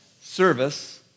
service